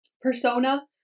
persona